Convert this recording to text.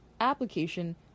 application